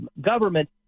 government